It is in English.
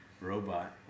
robot